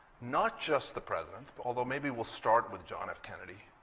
not just the president, although maybe we'll start with john f. kennedy.